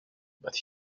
but